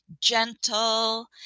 gentle